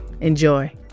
Enjoy